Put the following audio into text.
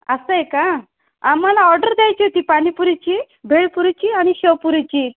असं आहे का आम्हाला ऑर्डर द्यायची होती पाणीपुरीची भेळपुरीची आणि शेवपुरीची